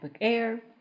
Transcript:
Air